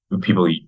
people